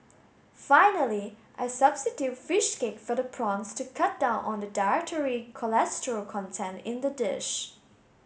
finally I substitute fish cake for the prawns to cut down on the dietary cholesterol content in the dish